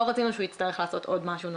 לא רצינו שהוא יצטרך לעשות עוד משהו נוסף.